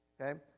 Okay